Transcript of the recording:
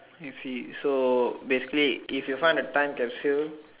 if he you basically if you find a time capsule